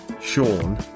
Sean